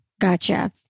Gotcha